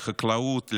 לחקלאות,